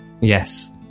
Yes